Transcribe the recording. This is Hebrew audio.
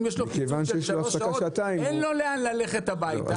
הוא לא יכול ללכת הביתה.